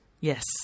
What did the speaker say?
yes